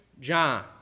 John